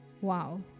Wow